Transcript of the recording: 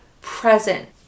present